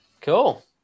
cool